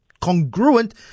congruent